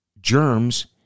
germs